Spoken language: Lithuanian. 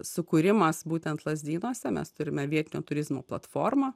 sukūrimas būtent lazdynuose mes turime vietinio turizmo platformą